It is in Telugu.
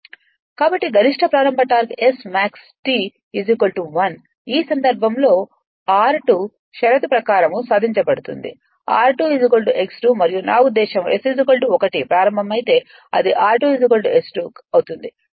కాబట్టి గరిష్ట ప్రారంభ టార్క్ SmaxT 1 ఈ సందర్భంలో r2 షరతు ప్రకారం సాధించబడుతుంది r2 x 2 మరియు నా ఉద్దేశ్యం S 1 ప్రారంభమైతే అది r2 S2 అవుతుంది